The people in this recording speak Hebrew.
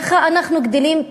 ככה אנחנו גדלים,